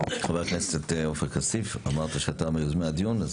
חבר הכנסת עופר כסיף, אמרת שאתה מיוזמי הדיון.